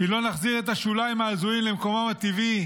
אם לא נחזיר את השוליים ההזויים למקומם הטבעי,